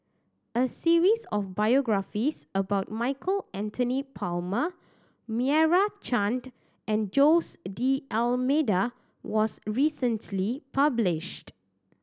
a series of biographies about Michael Anthony Palmer Meira Chand and Jose D'Almeida was recently published